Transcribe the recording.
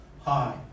hi